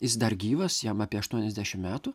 jis dar gyvas jam apie aštuoniasdešim metų